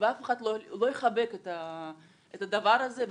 ואף אחד לא יחבק את הדבר הזה.